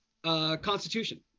Constitution